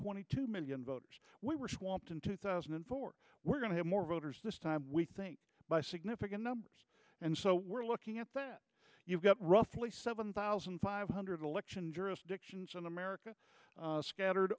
twenty two million voters in two thousand and four we're going to have more voters this time we think by significant numbers and so we're looking at that you've got roughly seven thousand five hundred election jurisdictions in america scattered